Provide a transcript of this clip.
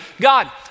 God